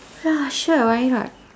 ya sure why not